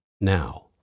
now